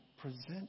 present